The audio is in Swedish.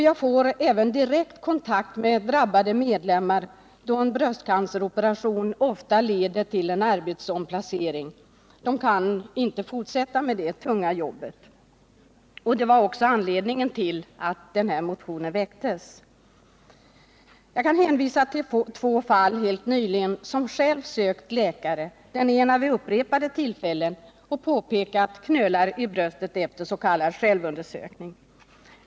Jag får även direkt kontakt med drabbade medlemmar då en bröstcanceroperation ofta leder till arbetsomplacering — de kan inte fortsäta med de tunga jobbet. Detta var också anledningen till att den här motionen väcktes. Jag kan hänvisa till två fall helt nyligen, där vederbörande själv sökt läkare, den ena vid upprepade tillfällen, och påpekat knölar i bröstet efter s.k. självundersökning.